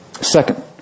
Second